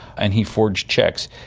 and he forged cheques.